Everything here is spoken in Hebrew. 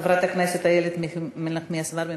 חברת הכנסת איילת נחמיאס ורבין,